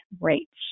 rates